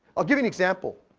i'll give you an example,